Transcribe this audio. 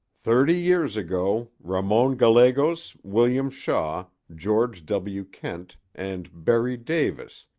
thirty years ago ramon gallegos, william shaw, george w. kent and berry davis,